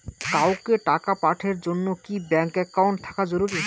কাউকে টাকা পাঠের জন্যে কি ব্যাংক একাউন্ট থাকা জরুরি?